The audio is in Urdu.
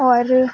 اور